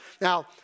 Now